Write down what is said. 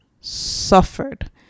suffered